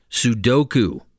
Sudoku